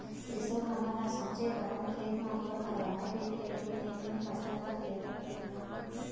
एसो हमन ह सोचे हवन खेत म बोर करवाए के फेर दू ले तीन फसल तक लेबो खेत म